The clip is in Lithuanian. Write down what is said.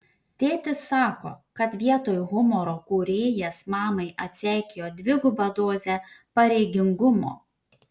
tėtis sako kad vietoj humoro kūrėjas mamai atseikėjo dvigubą dozę pareigingumo